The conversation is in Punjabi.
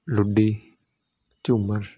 ਲੁੱਡੀ ਝੂਮਰ